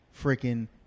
freaking